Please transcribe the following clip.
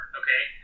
okay